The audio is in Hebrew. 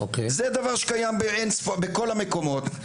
זה דבר שקיים בכל המקומות.